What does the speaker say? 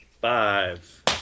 five